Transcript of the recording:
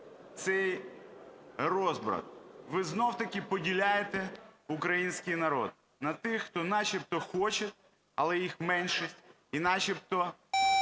цей розбрат. Ви знову-таки поділяєте український народ на тих, хто начебто хоче, але їх меншість, і начебто